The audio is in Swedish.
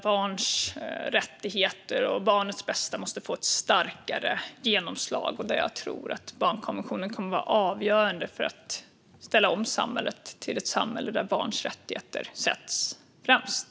Barns rättigheter och barnets bästa måste få ett starkare genomslag. Jag tror att barnkonventionen kommer att vara avgörande för att vi ska kunna ställa om samhället så att barns rättigheter sätts främst.